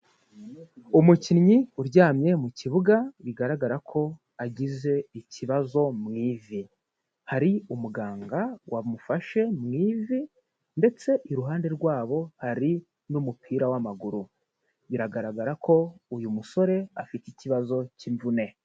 Umukinnyi uryamye mu kibuga bigaragara ko agize ikibazo mu ivi, hari umuganga wamufashe mu ivi, ndetse iruhande rwabo hari n'umupira w'amaguru, biragaragara ko uyu musore afite ikibazo cy'imvune.